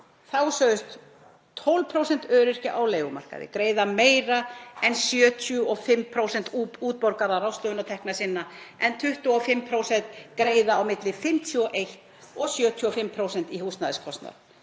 sögðust 12% öryrkja á leigumarkaði greiða meira en 75% útborgaðra ráðstöfunartekna sinna en 25% greiða á milli 51% og 75% í húsnæðiskostnað.